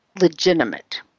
legitimate